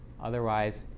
Otherwise